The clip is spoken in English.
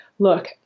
Look